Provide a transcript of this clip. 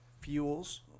fuels